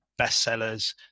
bestsellers